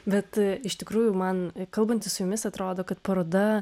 bet iš tikrųjų man kalbantis su jumis atrodo kad paroda